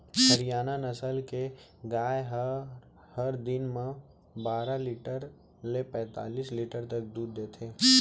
हरियाना नसल के गाय हर दिन म बारा लीटर ले पैतालिस लीटर तक दूद देथे